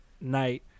night